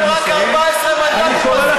בגלל זה אתם רק 14 מנדטים בסקרים,